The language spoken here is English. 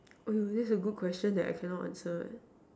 !aiyo! this is a good question that I cannot answer